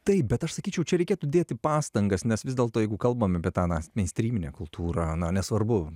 taip bet aš sakyčiau čia reikėtų dėti pastangas nes vis dėlto jeigu kalbam apie tą na meinstryminę kultūrą na nesvarbu